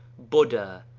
buddha,